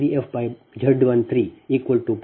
002 p